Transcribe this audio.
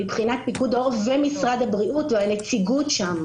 מבחינת פיקוד העורף ומשרד הבריאות והנציגות שם.